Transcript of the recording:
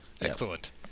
excellent